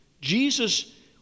Jesus